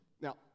now